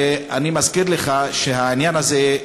אני מזכיר לך שהעניין הזה,